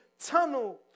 tunnel